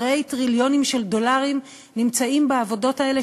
הרי טריליונים של דולרים נמצאים בעבודות האלה